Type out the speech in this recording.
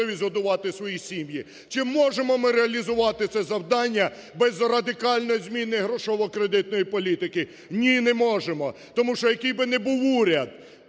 Чи можемо ми реалізувати це завдання без радикальної зміни грошово-кредитної політики? Ні, не можемо. Тому що який би не був уряд,